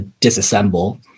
disassemble